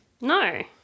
No